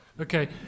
okay